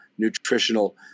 Nutritional